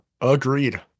Agreed